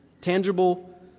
tangible